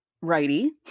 righty